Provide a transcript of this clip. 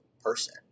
person